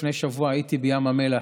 לפני שבוע הייתי בים המלח.